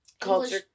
Culture